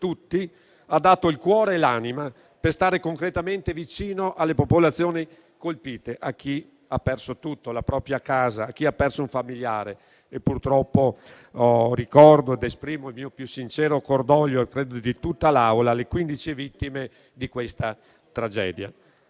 ha dato il cuore e l'anima per stare concretamente vicino alle popolazioni colpite e a chi ha perso tutto: a chi ha perso la propria casa, a chi ha perso un familiare. Purtroppo ricordo ed esprimo il più sincero cordoglio, mio e di tutta l'Aula, per le quindici vittime di questa tragedia.